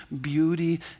beauty